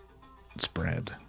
spread